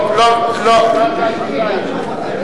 להסיר.